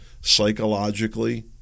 psychologically